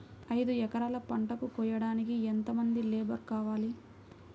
ఐదు ఎకరాల పంటను కోయడానికి యెంత మంది లేబరు కావాలి?